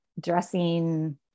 dressing